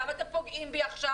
למה אתם פוגעים בי עכשיו?